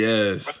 Yes